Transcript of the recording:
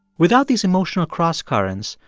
without these emotional crosscurrents,